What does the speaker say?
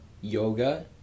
Yoga